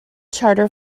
charter